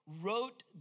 wrote